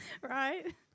Right